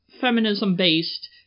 feminism-based